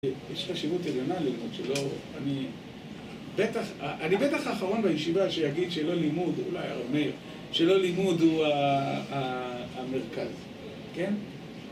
יש חשיבות עליונה ללימוד, שלא... אני... בטח... אני בטח האחרון בישיבה שיגיד שלא לימוד, אולי אמר, שלא לימוד הוא המרכז, כן?